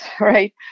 right